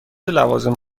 لوازم